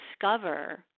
discover